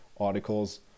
articles